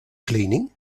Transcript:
cleaning